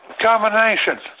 Combination